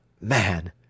Man